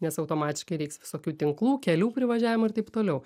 nes automatiškai reiks visokių tinklų kelių privažiavimų ir taip toliau